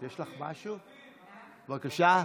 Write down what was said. בעד, עשרה,